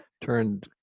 turned